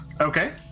Okay